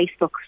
Facebook